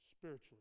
spiritually